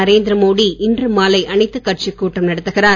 நரேந்திர மோடி இன்று மாலை அனைத்துக் கட்சிக் கூட்டம் நடத்துகிறார்